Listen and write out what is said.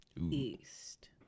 East